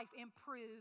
improve